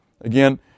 Again